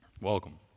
welcome